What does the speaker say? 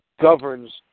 governs